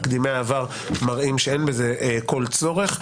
תקדימי העבר מראים שאין בזה כל צורך.